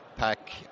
pack